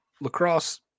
lacrosse